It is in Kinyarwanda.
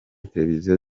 televiziyo